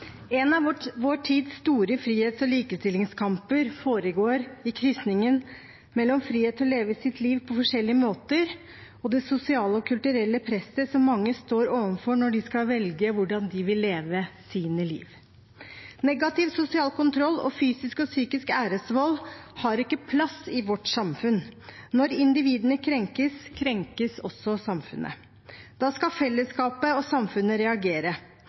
En av vår tids store frihets- og likestillingskamper foregår i krysningen mellom frihet til å leve sitt liv på forskjellige måter og det sosiale og kulturelle presset som mange står overfor når de skal velge hvordan de vil leve sitt liv. Negativ sosial kontroll og fysisk og psykisk æresvold har ikke plass i vårt samfunn. Når individene krenkes, krenkes også samfunnet. Da skal fellesskapet og samfunnet reagere.